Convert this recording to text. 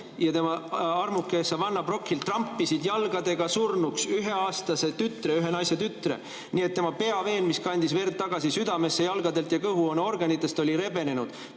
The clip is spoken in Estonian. ja tema armuke Savannah Brockhill, trampisid jalgadega surnuks üheaastase lapse, ühe naise tütre, nii et tema peaveen, mis kandis verd tagasi südamesse jalgadelt ja kõhuõõne organitest, oli rebenenud,